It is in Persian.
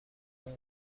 موقع